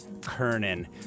Kernan